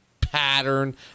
pattern